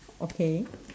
okay